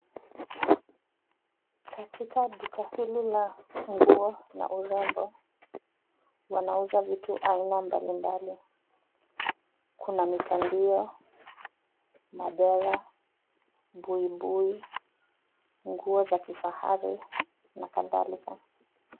Katika duka hili la nguo na urembo, wanauza vitu aina mbalimbali. Kuna mitandio, madera, buibui, nguo za kifahari na kadhalika.